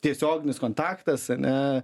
tiesioginis kontaktas ane